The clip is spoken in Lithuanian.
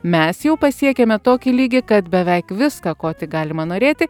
mes jau pasiekėme tokį lygį kad beveik viską ko tik galima norėti